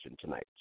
tonight